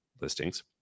listings